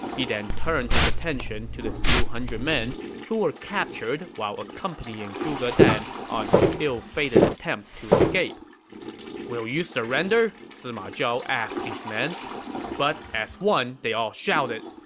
he then turned his attention to the few hundred men who were captured while accompanying zhuge dan on his ill-fated attempt to escape will you surrender? sima zhao asked these men but as one, they all shouted,